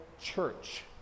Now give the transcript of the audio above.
church